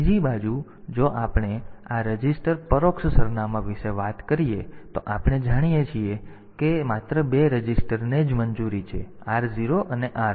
બીજી બાજુ જો આપણે આ રજીસ્ટર પરોક્ષ સરનામાં વિશે વાત કરીએ તો આપણે જાણીએ છીએ કે માત્ર બે રજીસ્ટરને જ મંજૂરી છે જેમ કે r0 અને r1